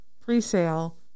pre-sale